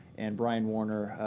and brian warner,